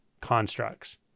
constructs